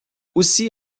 aussi